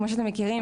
כמו שאתם מכירים,